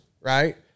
right